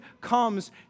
comes